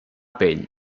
pell